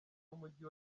w’umujyi